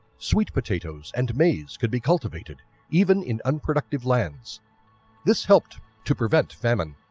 sweet potatoes and maize could be cultivated even in unproductive lands this helped to prevent famine.